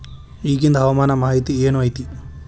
ಇಗಿಂದ್ ಹವಾಮಾನ ಮಾಹಿತಿ ಏನು ಐತಿ?